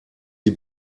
sie